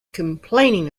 complaining